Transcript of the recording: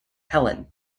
helen